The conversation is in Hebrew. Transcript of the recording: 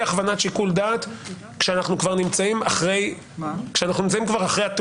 הכוונת שיקול דעת כשאנחנו כבר נמצאים אחרי התאונה.